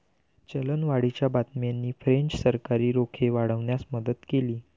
चलनवाढीच्या बातम्यांनी फ्रेंच सरकारी रोखे वाढवण्यास मदत केली